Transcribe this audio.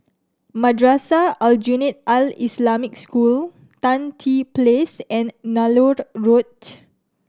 Madrasah Aljunied Al Islamic School Tan Tye Place and Nallur Road